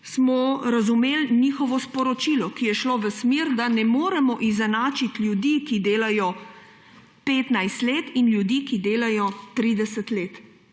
smo razumeli njihovo sporočilo, ki je šlo v smer, da ne moremo izenačiti ljudi, ki delajo 15 let, in ljudi, ki delajo 30 let,